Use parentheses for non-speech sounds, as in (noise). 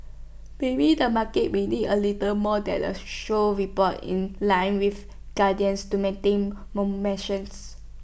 maybe the market might need A little more than A short report in line with guidance to maintain (unintelligible)